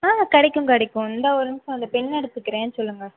ஆ கடைக்கும் கடைக்கும் இந்தா ஒரு நிமிஷம் இந்த பென் எடுத்துக்கிறேன் சொல்லுங்கள்